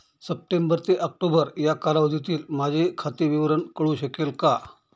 September ते October या कालावधीतील माझे खाते विवरण कळू शकेल का?